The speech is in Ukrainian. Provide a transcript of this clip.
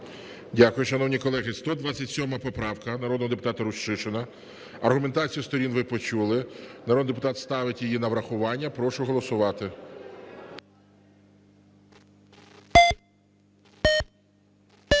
Дякую. Шановні колеги, 127 поправка народного депутата Рущишина. Аргументацію сторін ви почули, народний депутат ставить її на врахування. Прошу голосувати.